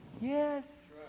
Yes